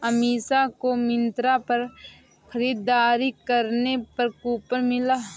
अमीषा को मिंत्रा पर खरीदारी करने पर कूपन मिला